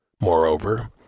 Moreover